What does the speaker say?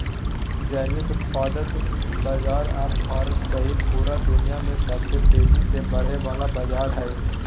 जैविक उत्पाद बाजार अब भारत सहित पूरा दुनिया में सबसे तेजी से बढ़े वला बाजार हइ